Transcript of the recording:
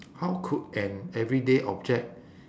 how could an everyday object